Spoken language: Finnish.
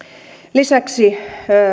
lisäksi